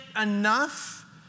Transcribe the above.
enough